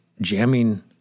jamming